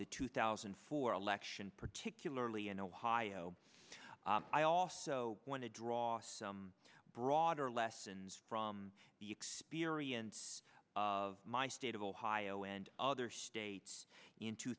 the two thousand and four election particularly in ohio i also want to draw some broader lessons from the experience of my state of ohio and other states in two